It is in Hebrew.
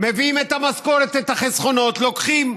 מביאים את המשכורת ואת החסכונות, לוקחים